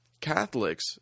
Catholics